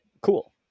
Cool